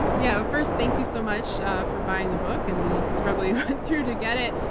yeah. first, thank you so much for buying the book and the struggle you went through to get it.